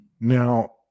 Now